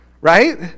right